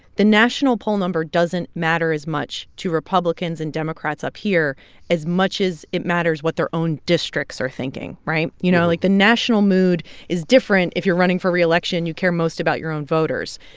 the national poll number doesn't matter as much to republicans and democrats up here as much as it matters what their own districts are thinking, right? you know, like, the national mood is different. if you're running for reelection, you care most about your own voters.